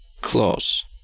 Close